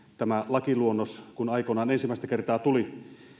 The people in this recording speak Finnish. tämä lakiluonnos aikoinaan ensimmäistä kertaa tuli